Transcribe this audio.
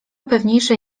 pewniejsze